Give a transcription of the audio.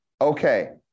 okay